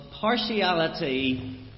partiality